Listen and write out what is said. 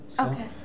Okay